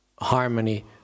harmony